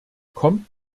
kommt